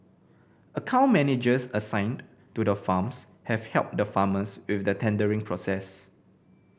account managers assigned to the farms have helped the farmers with the tendering process